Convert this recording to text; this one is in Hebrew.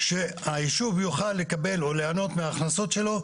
שהיישוב יוכל לקבל או להנות מההכנסות שלו,